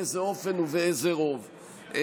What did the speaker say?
באיזה אופן ובאיזה רוב.